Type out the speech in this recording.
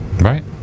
right